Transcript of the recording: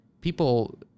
people